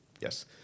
Yes